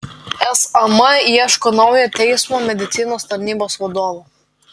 sam ieško naujo teismo medicinos tarnybos vadovo